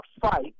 fight